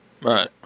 Right